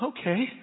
okay